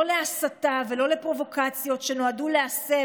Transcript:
לא להסתה ולא לפרובוקציות שנועדו להסב